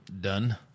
Done